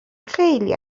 خیلی